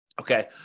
Okay